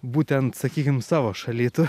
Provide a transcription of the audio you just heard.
būtent sakykim savo šaly tu